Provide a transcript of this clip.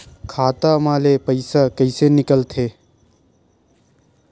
खाता मा ले पईसा कइसे निकल थे?